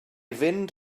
fynd